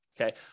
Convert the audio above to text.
Okay